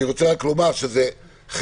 אני רוצה רק לומר שזה חלק.